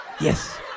Yes